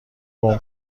گـم